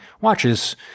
watches